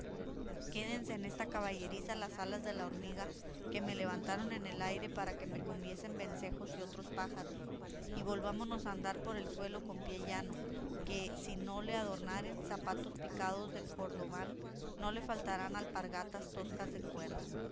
quédense en esta caballeriza las alas de la hormiga que me levantaron en el aire para que me comiesen vencejos y otros pájaros y volvámonos a andar por el suelo con pie llano que si no le adornaren zapatos picados de cordobán no le faltarán alpargatas toscas de cuerda